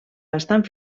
bastant